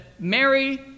Mary